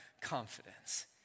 confidence